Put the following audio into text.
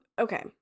okay